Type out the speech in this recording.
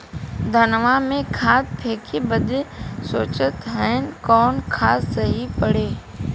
धनवा में खाद फेंके बदे सोचत हैन कवन खाद सही पड़े?